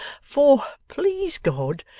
for, please god,